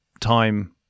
time